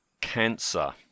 Cancer